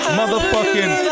motherfucking